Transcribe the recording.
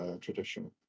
tradition